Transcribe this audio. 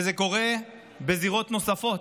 וזה קורה בזירות נוספות.